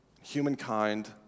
humankind